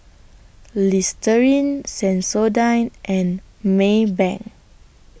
Listerine Sensodyne and Maybank